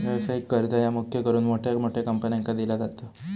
व्यवसायिक कर्ज ह्या मुख्य करून मोठ्या मोठ्या कंपन्यांका दिला जाता